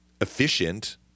efficient